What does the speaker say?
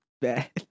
bad